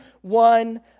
one